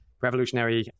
revolutionary